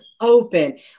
open